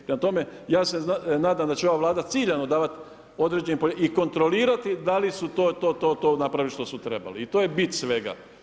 Prema tome, ja se nadam da će ova Vlada ciljano davati određeni i kontrolirati da li su to, to, to i to napravili što su trebali i to je bit svega.